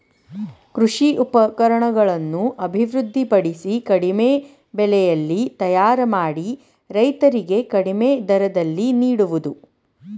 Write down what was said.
ಕೃಷಿ ಉಪಕರಣಗಳನ್ನು ಅಭಿವೃದ್ಧಿ ಪಡಿಸಿ ಕಡಿಮೆ ಬೆಲೆಯಲ್ಲಿ ತಯಾರ ಮಾಡಿ ರೈತರಿಗೆ ಕಡಿಮೆ ದರದಲ್ಲಿ ನಿಡುವುದು